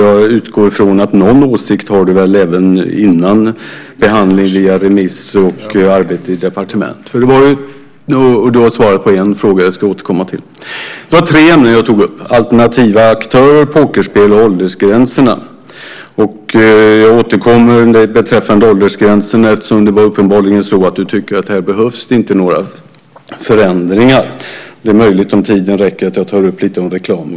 Jag utgår från att du har någon åsikt även innan behandling via remiss och arbete i departement. Du har svarat på en fråga. Jag ska återkomma till det. Det var tre ämnen som jag tog upp. Det var alternativa aktörer, pokerspel och åldersgränserna. Jag återkommer beträffande åldersgränserna, eftersom det uppenbarligen var så att du inte tycker att det behövs några förändringar där. Det är möjligt att jag om tiden räcker till också tar upp lite om reklam.